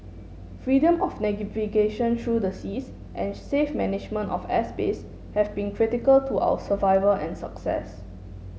freedom of through the seas and safe management of airspace have been critical to our survival and success